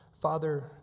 Father